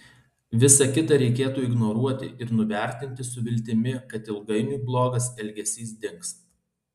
visa kita reikėtų ignoruoti ir nuvertinti su viltimi kad ilgainiui blogas elgesys dings